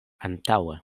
antaŭe